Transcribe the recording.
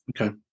Okay